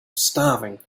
starving